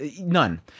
None